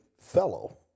fellow